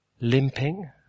Limping